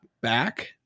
back